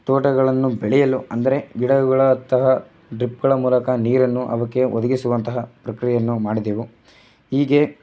ತೋಟಗಳನ್ನು ಬೆಳೆಯಲು ಅಂದರೆ ಗಿಡಗಳು ಡ್ರಿಪ್ಗಳ ಮೂಲಕ ನೀರನ್ನು ಅವುಕ್ಕೆ ಒದಗಿಸುವಂತಹ ಪ್ರಕ್ರಿಯೆಯನ್ನು ಮಾಡಿದೆವು ಹೀಗೆ